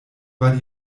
war